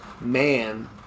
man